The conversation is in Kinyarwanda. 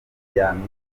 yamye